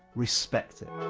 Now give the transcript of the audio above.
respect it.